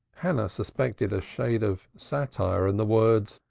hannah suspected a shade of satire in the words,